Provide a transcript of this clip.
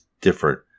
different